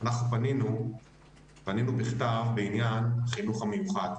אנחנו פנינו בכתב בעניין החינוך המיוחד.